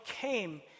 came